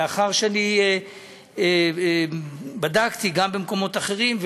לאחר שבדקתי גם במקומות אחרים,